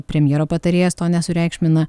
premjero patarėjas to nesureikšmina